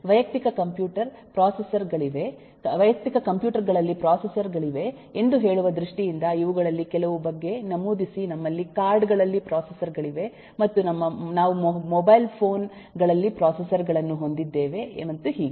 ವೈಯಕ್ತಿಕ ಕಂಪ್ಯೂಟರ್ ಗಳಲ್ಲಿ ಪ್ರೊಸೆಸರ್ ಗಳಿವೆ ಎಂದು ಹೇಳುವ ದೃಷ್ಟಿಯಿಂದ ಇವುಗಳಲ್ಲಿ ಕೆಲವು ಬಗ್ಗೆ ನಮೂದಿಸಿ ನಮ್ಮಲ್ಲಿ ಕಾರ್ಡ್ ಗಳಲ್ಲಿ ಪ್ರೊಸೆಸರ್ ಗಳಿವೆ ಮತ್ತು ನಾವು ಮೊಬೈಲ್ ಫೋನ್ ಗಳಲ್ಲಿ ಪ್ರೊಸೆಸರ್ ಗಳನ್ನು ಹೊಂದಿದ್ದೇವೆ ಮತ್ತು ಹೀಗೆ